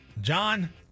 John